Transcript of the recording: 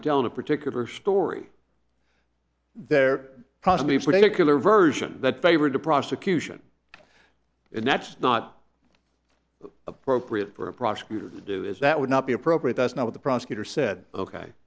telling a particular story there probably particular version that favored the prosecution and that's not appropriate for a prosecutor to do is that would not be appropriate that's not what the prosecutor said ok